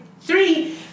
three